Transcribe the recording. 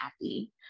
happy